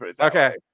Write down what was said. Okay